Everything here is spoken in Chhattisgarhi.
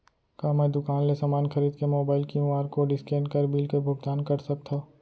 का मैं दुकान ले समान खरीद के मोबाइल क्यू.आर कोड स्कैन कर बिल के भुगतान कर सकथव?